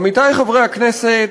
עמיתי חברי הכנסת,